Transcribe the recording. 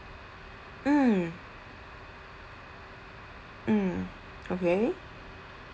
mm mm okay